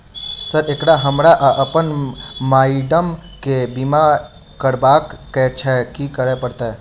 Sir एकटा हमरा आ अप्पन माइडम केँ बीमा करबाक केँ छैय की करऽ परतै?